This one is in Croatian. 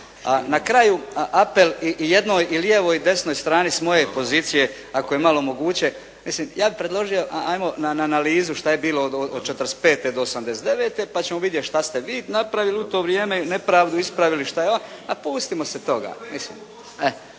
na kraju apel i jednoj i lijevoj i desnoj strani s moje pozicije ako je malo moguće. Mislim, ja bih predložio hajmo na analizu što je bilo od '45. do '89. pa ćemo vidjeti šta ste vi napravili u to vrijeme nepravdu ispravili, a pustimo se toga.